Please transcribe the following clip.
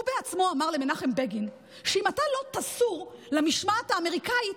הוא בעצמו אמר למנחם בגין: אם אתה לא תסור למשמעת האמריקאית,